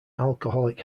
alcoholic